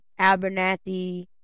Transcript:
Abernathy